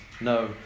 No